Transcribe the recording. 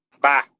Bye